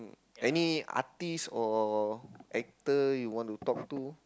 any artist or actor you want to talk to